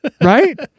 right